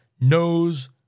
knows